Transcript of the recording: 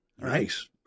nice